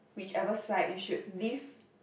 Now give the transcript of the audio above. whichever side you should leave